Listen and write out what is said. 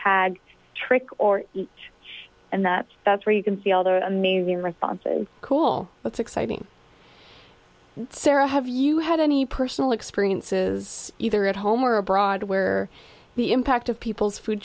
tag trick or two and that's that's where you can see all the amazing responses cool what's exciting sarah have you had any personal experiences either at home or abroad where the impact of people's food